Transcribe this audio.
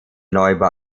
neubau